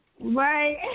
Right